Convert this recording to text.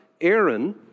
Aaron